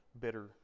bitter